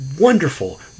wonderful